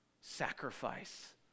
sacrifice